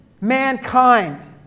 mankind